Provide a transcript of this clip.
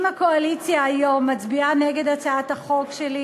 אם הקואליציה היום מצביעה נגד הצעת החוק שלי,